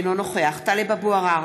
אינו נוכח טלב אבו עראר,